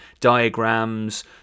diagrams